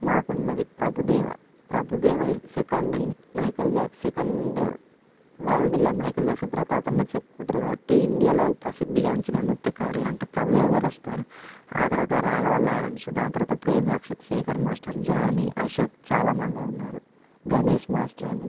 మాకున్నది ప్రభుదేవ ప్రభుదేవ ఇటు second in Michael Jackson second వల్డ్లో Michael Jackson తరవాత అతన్నే చెప్పుకుంటారు కాబట్టి ఇండియాలో ప్రసిద్ధి గాంచిన నృత్యకారులు అంటే ప్రభుదేవగారొస్తారు ఆ తరవాత రాఘవ లారెన్స్ దాని తర్వాత ప్రేమ్ రక్షిత్ శేఖర్ మాస్టర్ జానీ అశోక్ చాలామందే ఉన్నారు గణేష్ మాస్టర్ అని